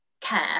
care